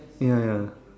ya ya